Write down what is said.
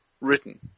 written